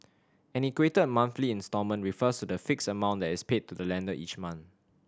an equated monthly instalment refers to the fixed amount that is paid to the lender every month